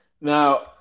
Now